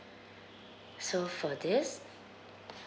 so for this